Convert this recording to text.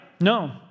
No